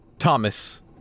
Thomas